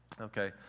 Okay